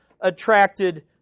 attracted